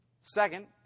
Second